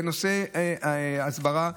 בנושא הסברה,